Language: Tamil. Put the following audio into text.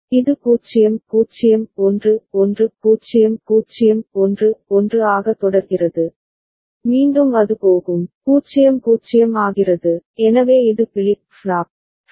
இது 0 0 1 1 0 0 1 1 ஆக தொடர்கிறது மீண்டும் அது போகும் 0 0 ஆகிறது எனவே இது பிளிப் ஃப்ளாப் பி